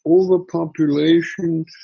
overpopulation